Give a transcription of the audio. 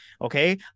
Okay